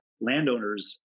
landowners